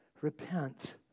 repent